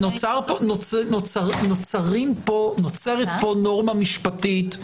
נוצרת פה נורמה משפטית.